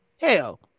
hell